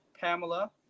Pamela